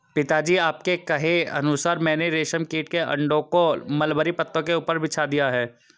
पिताजी आपके कहे अनुसार मैंने रेशम कीट के अंडों को मलबरी पत्तों के ऊपर बिछा दिया है